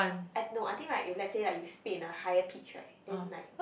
I no I think right if let's say like you speak in a higher pitch right then like